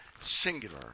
singular